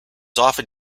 often